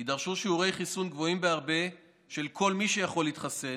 יידרשו שיעורי חיסון גבוהים בהרבה של כל מי שיכול להתחסן,